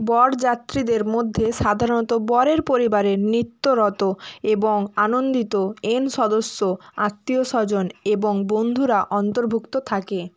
বরযাত্রীদের মধ্যে সাধারণত বরের পরিবারের নিত্যরত এবং আনন্দিত এন সদস্য আত্মীয়স্বজন এবং বন্ধুরা অন্তর্ভুক্ত থাকে